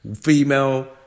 female